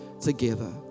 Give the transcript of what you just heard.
together